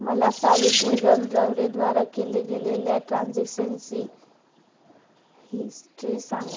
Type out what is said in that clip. मला सावित्री रणनवरेद्वारा केले गेलेल्या ट्रान्झेक्शनची हिस्ट्री सांगा